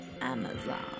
Amazon